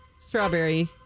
Strawberry